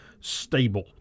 stable